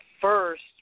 first –